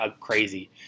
crazy